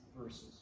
verses